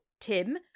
Tim